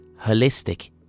...holistic